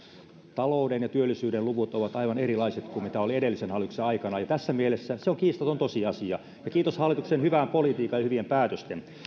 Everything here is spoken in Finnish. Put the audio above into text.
talouden ja työllisyyden luvut ovat aivan erilaiset kuin mitä oli edellisen hallituksen aikana ja tässä mielessä se on kiistaton tosiasia kiitos hallituksen hyvän politiikan ja hyvien päätösten